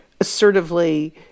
assertively